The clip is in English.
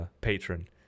patron